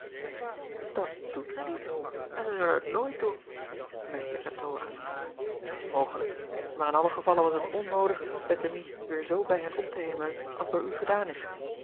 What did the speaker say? at doen zij niet en zullen het nooit doen merkte atoo aan t s mogelijk maar in allen gevalle was t onnoodig ettemie weêr zoo bij hen op te hemelen als door u gedaan is